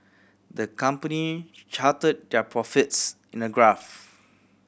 the company charted their profits in a graph